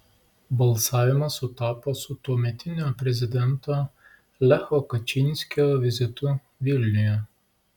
balsavimas sutapo su tuometinio prezidento lecho kačynskio vizitu vilniuje